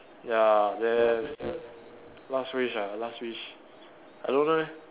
ya then last wish ah last wish I don't know leh